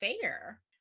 fair